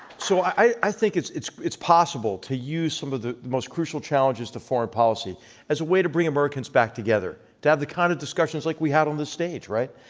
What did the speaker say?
so i i think it's it's possible to use some of the most crucial challenges to foreign policy as a way to bring americans back together, to have the kind of discussions like we had on this stage, right?